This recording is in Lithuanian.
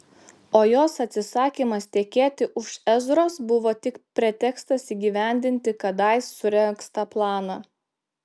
o jos atsisakymas tekėti už ezros buvo tik pretekstas įgyvendinti kadais suregztą planą